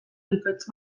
bikoitz